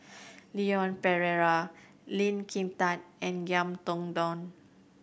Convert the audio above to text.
Leon Perera Lee Kin Tat and Ngiam Tong Dow